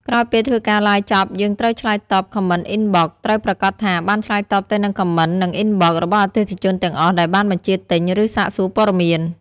ក្រោយពេលធ្វើការឡាយចប់យើងត្រូវឆ្លើយតប Comment Inbox ត្រូវប្រាកដថាបានឆ្លើយតបទៅនឹង Comment និង Inbox របស់អតិថិជនទាំងអស់ដែលបានបញ្ជាទិញ ឬសាកសួរព័ត៌មាន។